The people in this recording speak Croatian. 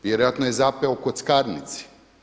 Vjerojatno je zapeo u kockarnici.